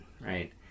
Right